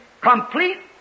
complete